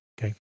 Okay